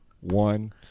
one